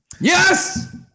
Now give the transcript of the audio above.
Yes